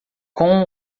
com